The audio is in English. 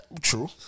True